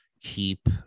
keep